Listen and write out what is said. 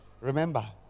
remember